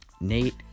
Nate